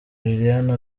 liliane